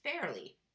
fairly